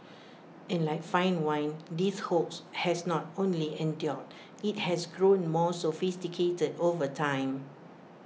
and like fine wine this hoax has not only endured IT has grown more sophisticated over time